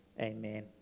Amen